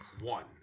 one